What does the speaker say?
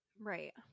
right